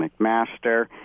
McMaster